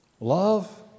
Love